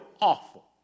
awful